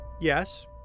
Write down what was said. Yes